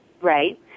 Right